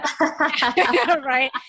Right